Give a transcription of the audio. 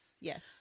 yes